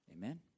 Amen